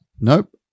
Nope